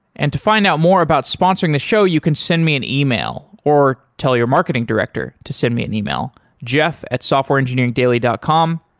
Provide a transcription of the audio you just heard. and to find out more about sponsoring the show, you can send me an email or tell your marketing director to send me an email, jeff at softwareengineering dot com.